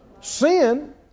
Sin